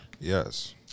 Yes